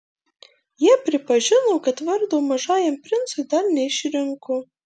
jie pripažino kad vardo mažajam princui dar neišrinko